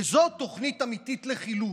וזו תוכנית אמיתית לחילוץ.